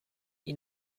you